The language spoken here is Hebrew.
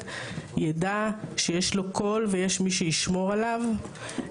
ידע שיש לו קול ויש מי שישמור עליו.